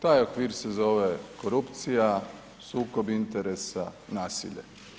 Taj okvir se zove korupcija, sukob interesa, nasilje.